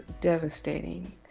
devastating